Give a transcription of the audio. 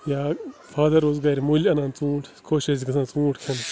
یا فادر اوس گَرِ مٔلۍ اَنان ژوٗنٛٹھ خوش ٲسۍ گژھان ژوٗنٛٹھ کھیوٚن